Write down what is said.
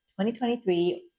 2023